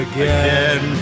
Again